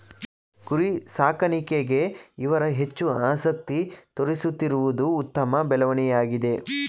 ಕುರಿ ಸಾಕಾಣಿಕೆಗೆ ಇವರು ಹೆಚ್ಚು ಆಸಕ್ತಿ ತೋರಿಸುತ್ತಿರುವುದು ಉತ್ತಮ ಬೆಳವಣಿಗೆಯಾಗಿದೆ